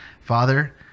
Father